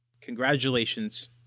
Congratulations